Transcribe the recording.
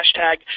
hashtag